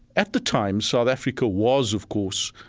at the time, south africa was, of course,